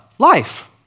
life